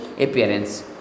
appearance